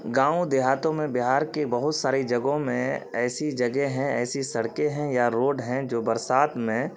گاؤں دیہاتوں میں بہار کے بہت ساری جگہوں میں ایسی جگہ ہیں ایسی سڑکیں ہیں یا روڈ ہیں جو برسات میں